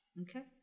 Okay